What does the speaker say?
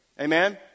Amen